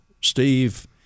Steve